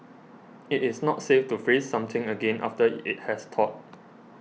it is not safe to freeze something again after it has thawed